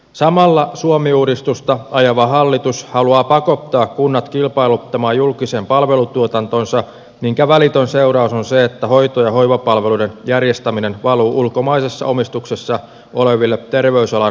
samalla suomi uudistusta ajava hallitus haluaa pakottaa kunnat kilpailuttamaan julkisen palvelutuotantonsa minkä välitön seuraus on se että hoito ja hoivapalveluiden järjestäminen valuu ulkomaisessa omistuksessa oleville terveysalan megayrityksille